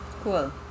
Cool